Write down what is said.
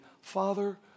Father